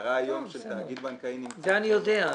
ההגדרה של תאגיד בנקאי היום --- אני יודע.